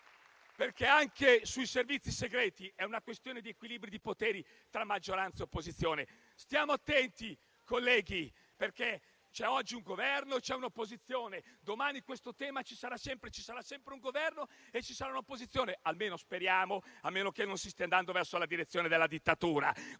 Anche quella sui Servizi segreti è infatti una questione di equilibrio dei poteri tra maggioranza e opposizione; stiamo attenti, colleghi, perché c'è oggi un Governo e c'è un'opposizione. Domani questo tema ci sarà sempre, ci sarà sempre un Governo e ci sarà sempre un'opposizione, o almeno speriamo, a meno che non si stia andando verso la direzione di una dittatura.